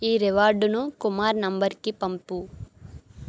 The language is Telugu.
ఈ రివార్డును కుమార్ నంబరుకి పంపు